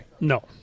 No